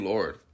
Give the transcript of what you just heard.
Lord